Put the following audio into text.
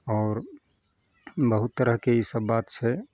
आओर बहुत तरहके ईसब बात छै